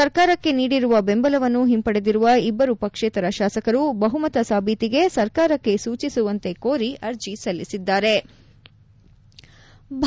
ಸರ್ಕಾರಕ್ಕೆ ನೀಡಿರುವ ಬೆಂಬಲವನ್ನು ಹಿಂಪಡೆದಿರುವ ಇಬ್ಲರು ಪಕ್ಷೇತರ ಶಾಸಕರು ಬಹುಮತ ಸಾಬೀತಿಗೆ ಸರ್ಕಾರಕ್ಕೆ ಸೂಚಿಸುವಂತೆ ಕೋರಿ ಅರ್ಜೆ ಸಲ್ಲಿಸಿದ್ಗಾರೆ